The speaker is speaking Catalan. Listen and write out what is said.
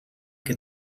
que